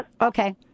Okay